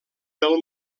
pel